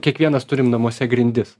kiekvienas turim namuose grindis